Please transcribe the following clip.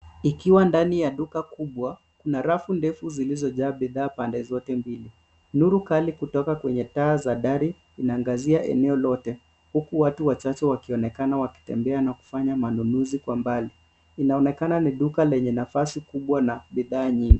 Ikiwa ndani ya duka kubwa kuna rafu ndefu zilizojaa bidhaa pande zote mbili. Nuru kali kutoka kwenye taa za dari inaangazia eneo lote huku watu wachache wakionekana wakitembea na kufanya manunuzi kwa mbali. Inaonekana ni duka lenye nafasi kubwa na bidhaa nyingi.